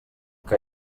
que